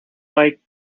like